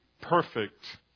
perfect